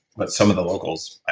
but some of the locals,